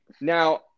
Now